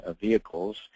vehicles